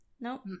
No